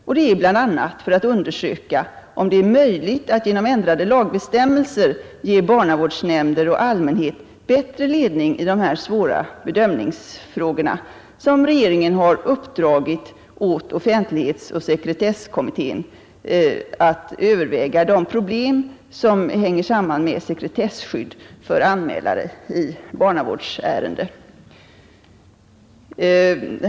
För att bland annat undersöka om det är möjligt att genom ändrade lagbestämmelser ge barnavårdsnämnder och allmänhet bättre ledning i dessa svåra bedömningsfrågor har regeringen uppdragit åt offentlighetsoch sekretesskommittén att överväga de problem, som sammanhänger med sekretesskydd för anmälare i barnavårdsärende.